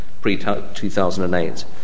pre-2008